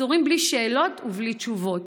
עשורים בלי שאלות ובלי תשובות.